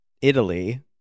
Italy